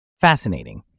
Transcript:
Fascinating